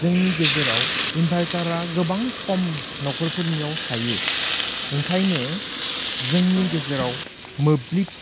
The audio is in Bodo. जोंनि गेजेराव इनभार्टारा गोबां खम न'खरफोरनियाव थायो ओंखायनो जोंनि गेजेराव मोब्लिब